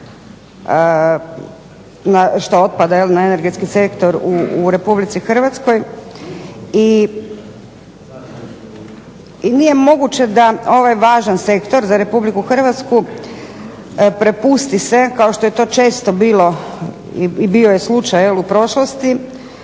što otpada jel na energetski sektor u RH. I nije moguće da ovaj važan sektor za RH prepusti se, kao što je to često bilo i bio je slučaj jel u prošlosti,